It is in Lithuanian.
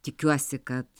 tikiuosi kad